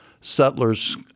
settlers